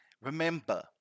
remember